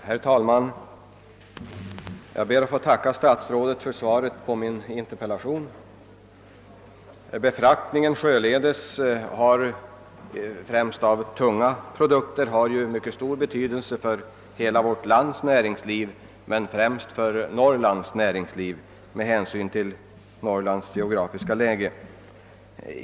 Herr talman! Jag ber att få tacka för svaret på min interpellation. Befraktningen sjöledes av främst tunga produkter är av stor betydelse för hela vårt lands näringsliv men alldeles speciellt för näringslivet i Norrland, och detta givetvis med hänsyn till Norrlands geografiska läge.